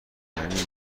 یعنی